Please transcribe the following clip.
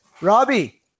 Robbie